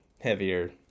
heavier